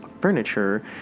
furniture